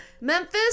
Memphis